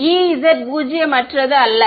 எனவே Ez பூஜ்ஜியமற்றது அல்ல